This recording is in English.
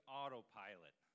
autopilot